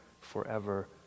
forever